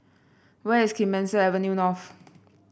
where is Clemenceau Avenue North